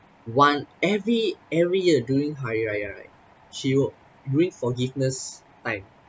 one every every year during hari raya right she will greet forgiveness time